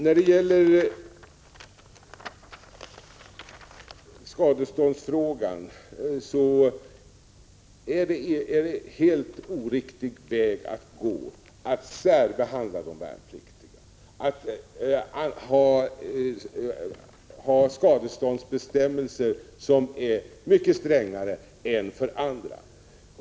När det gäller skadeståndsfrågan är det en helt oriktig väg att gå att särbehandla de värnpliktiga, dvs. att för dem ha skadeståndsbestämmelser som är mycket strängare än för andra.